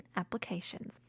applications